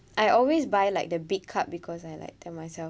I always buy like the big cup because I like that myself